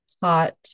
taught